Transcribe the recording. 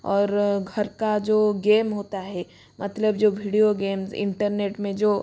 और घर का जो गेम होता है मतलब जो वीडियो गेम्स इंटरनेट में जो